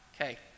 Okay